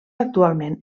actualment